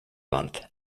month